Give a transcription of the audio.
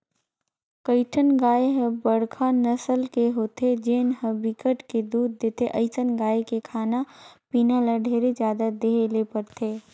कइठन गाय ह बड़का नसल के होथे जेन ह बिकट के दूद देथे, अइसन गाय के खाना पीना ल ढेरे जादा देहे ले परथे